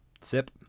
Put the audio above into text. sip